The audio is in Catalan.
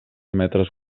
metres